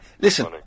listen